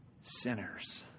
sinners